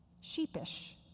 sheepish